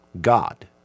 God